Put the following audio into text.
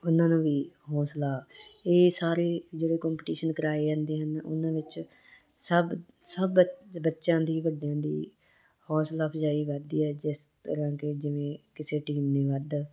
ਉਹਨਾਂ ਨੂੰ ਵੀ ਹੌਸਲਾ ਇਹ ਸਾਰੇ ਜਿਹੜੇ ਕੰਪਟੀਸ਼ਨ ਕਰਵਾਏ ਜਾਂਦੇ ਹਨ ਉਹਨਾਂ ਵਿੱਚ ਸਭ ਸਭ ਬ ਬੱਚਿਆਂ ਦੀ ਵੱਡਿਆਂ ਦੀ ਹੌਸਲਾ ਅਫਜਾਈ ਵੱਧਦੀ ਹੈ ਜਿਸ ਤਰ੍ਹਾਂ ਕਿ ਜਿਵੇਂ ਕਿਸੇ ਟੀਮ ਨੇ ਵੱਧ